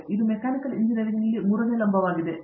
ಆದ್ದರಿಂದ ಇದು ಮೆಕ್ಯಾನಿಕಲ್ ಇಂಜಿನಿಯರಿಂಗ್ನಲ್ಲಿ ಮೂರನೇ ಲಂಬವಾಗಿದೆ